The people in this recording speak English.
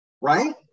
right